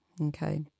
Okay